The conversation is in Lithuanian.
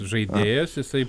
žaidėjas jisai